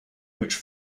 which